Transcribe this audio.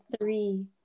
three